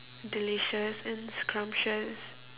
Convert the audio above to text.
delicious and scrumptious